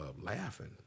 laughing